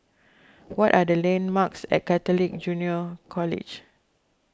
what are the landmarks at Catholic Junior College